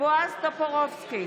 בועז טופורובסקי,